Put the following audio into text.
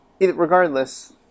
Regardless